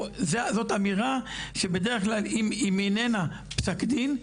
זו אמירה שבדרך כלל אם היא איננה פסק דין,